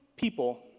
people